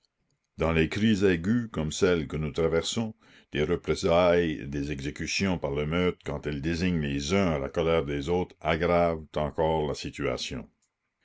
dans les crises aiguës comme celle que nous traversons des représailles des exécutions par l'émeute quand elles désignent les uns à la colère des autres aggravent encore la situation